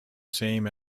same